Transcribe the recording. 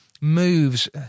moves